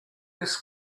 this